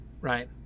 Right